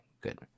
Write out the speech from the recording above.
good